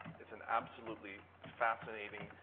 it's an absolutely fascinating,